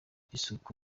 isuku